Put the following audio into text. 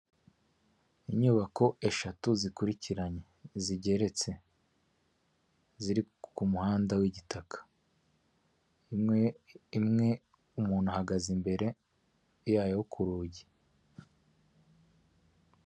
Inyubako eshatu zikurikiranye zigeretse, ziri ku muhanda w'igitaka, imwe umuntu ahagaze imbere yayo ku rugi.